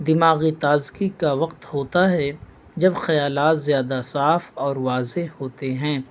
دماغی تازگی کا وقت ہوتا ہے جب خیالات زیادہ صاف اور واضح ہوتے ہیں